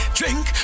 drink